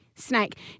Snake